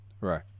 Right